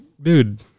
dude